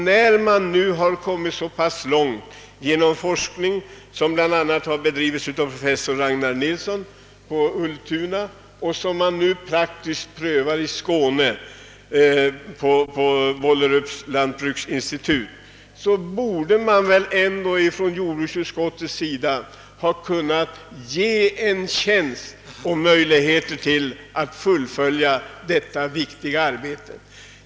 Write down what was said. När den forskning som bl.a. bedrivs av professor Ragnar Nilsson på Ultuna kommit så långt att den nu praktiskt prövas på Bollerups lantbruksinstitut i Skåne, så borde väl jordbruksutskottet ändå kunnat tillstyrka förslaget om en tjänst och därigenom gjort det möjligt att fullfölja detta viktiga arbete.